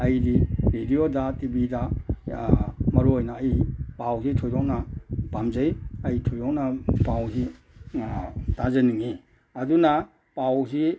ꯑꯩꯗꯤ ꯔꯦꯗꯤꯌꯣꯗ ꯇꯤ ꯚꯤꯗ ꯃꯔꯨ ꯑꯣꯏꯅ ꯑꯩ ꯄꯥꯎꯁꯤ ꯊꯣꯏꯗꯣꯛꯅ ꯄꯥꯝꯖꯩ ꯑꯩ ꯊꯣꯏꯗꯣꯛꯅ ꯄꯥꯎꯁꯤ ꯇꯥꯖꯅꯤꯡꯉꯤ ꯑꯗꯨꯅ ꯄꯥꯎꯁꯤ